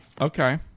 Okay